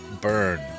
Burn